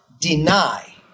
deny